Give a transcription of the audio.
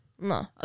No